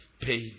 paid